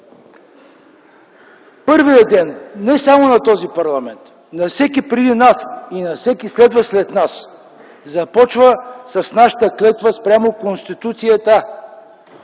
първият ден не само на този парламент, на всеки преди нас и на всеки следващ след нас, започва с нашата клетва спрямо Конституцията.